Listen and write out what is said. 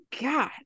god